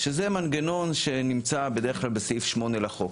שזה מנגנון שנמצא בדרך כלל בסעיף 8 לחוק.